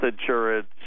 insurance